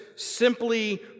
Simply